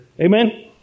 Amen